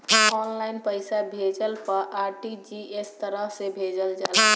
online पईसा भेजला पअ आर.टी.जी.एस तरह से भेजल जाला